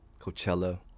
Coachella